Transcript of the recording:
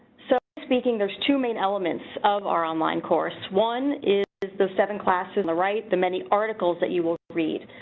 so speaking there's two main elements of our online course. one is is the seven classes on the right, the many articles that you will read.